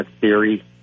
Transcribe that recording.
theory